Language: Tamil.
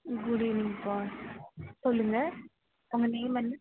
குட் ஈவ்னிங்ப்பா சொல்லுங்க உங்க நேம் என்ன